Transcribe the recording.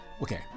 okay